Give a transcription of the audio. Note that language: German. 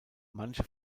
manche